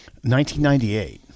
1998